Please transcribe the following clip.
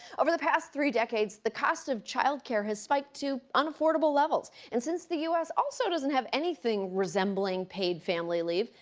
over the past three decades, the cost of childcare has spiked to unaffordable levels. and since the us also doesn't have anything resembling paid family leave,